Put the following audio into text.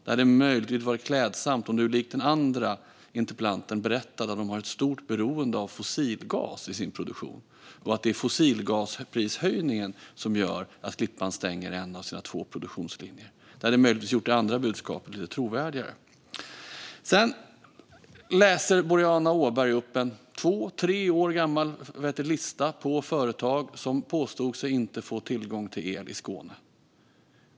Det hade möjligtvis varit klädsamt om hon likt interpellanten hade berättat att de har ett stort beroende av fossilgas i sin produktion och att det är fossilgasprishöjningen som gör att Klippan stänger en av sina två produktionslinjer. Det hade möjligtvis gjort det andra budskapet lite trovärdigare. Sedan läser Boriana Åberg upp en två tre år gammal lista på företag i Skåne som påstår sig inte få tillgång till el.